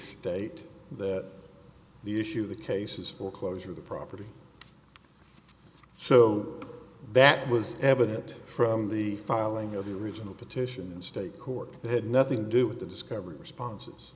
state that the issue of the cases foreclosure the property so that was evident from the filing of the original petition and state court had nothing to do with the discovery responses